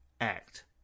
Act